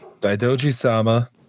Daidoji-sama